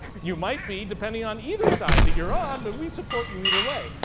you might be, depending on either side that you're on, but we support you either way.